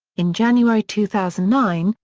in january two thousand nine,